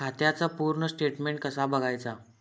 खात्याचा पूर्ण स्टेटमेट कसा बगायचा?